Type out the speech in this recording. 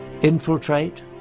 Infiltrate